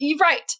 Right